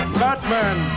batman